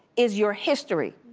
is your history.